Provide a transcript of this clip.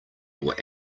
your